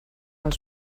els